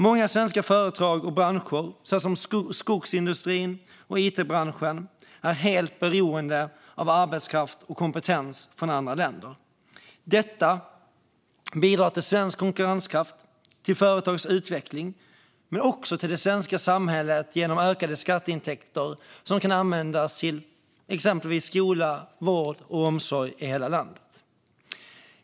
Många svenska företag och branscher, såsom skogsindustrin och it-branschen, är helt beroende av arbetskraft och kompetens från andra länder. Detta bidrar till svensk konkurrenskraft, till företags utveckling men också till det svenska samhället genom ökade skatteintäkter som kan användas till exempelvis skola, vård och omsorg i hela landet.